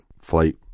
Flight